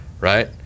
Right